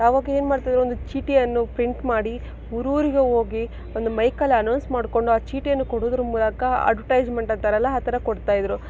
ಆವಾಗ ಏನು ಮಾಡ್ತಾಯಿದ್ರು ಒಂದು ಚೀಟಿಯನ್ನು ಪ್ರಿಂಟ್ ಮಾಡಿ ಊರೂರಿಗೆ ಹೋಗಿ ಒಂದು ಮೈಕಲ್ಲಿ ಅನೌನ್ಸ್ ಮಾಡಿಕೊಂಡು ಆ ಚೀಟಿಯನ್ನು ಕೊಡುವುದರ ಮೂಲಕ ಅಡ್ವರ್ಟೈಸ್ಮೆಂಟ್ ಅಂತಾರಲ್ಲ ಆ ಥರ ಕೊಡ್ತಾ ಇದ್ದರು